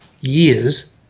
years